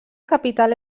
capital